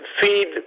feed